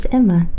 Emma